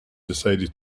decided